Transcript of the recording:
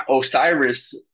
Osiris